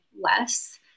less